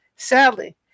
Sadly